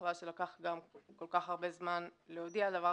וחבל שלקח גם כל כך הרבה זמן להודיע על דבר